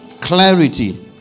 Clarity